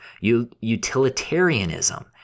utilitarianism